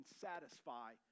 satisfy